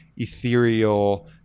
Ethereal